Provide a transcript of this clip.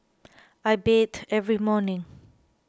I bathe every morning